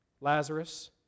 Lazarus